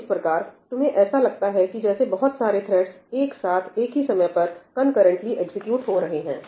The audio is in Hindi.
तो इस प्रकार तुम्हें ऐसा लगता है जैसे कि बहुत सारे थ्रेड्स एक साथ एक ही समय पर कनकरेंटली एग्जीक्यूट हो रहे हैं